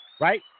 Right